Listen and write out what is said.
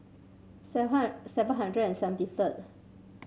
seven seven hundred and seventy third